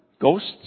ghosts